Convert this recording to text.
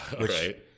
Right